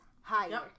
higher